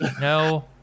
No